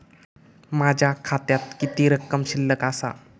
माझ्या खात्यात किती रक्कम शिल्लक आसा?